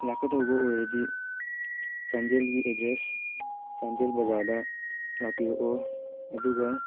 ꯂꯥꯛꯀꯗꯧꯕ ꯑꯣꯏꯔꯗꯤ ꯆꯥꯟꯗꯦꯜꯒꯤ ꯑꯦꯠꯗ꯭ꯔꯦꯁ ꯆꯥꯟꯗꯦꯜ ꯕꯖꯥꯔꯗ ꯂꯥꯛꯄꯤꯔꯛꯑꯣ ꯑꯗꯨꯒ